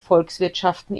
volkswirtschaften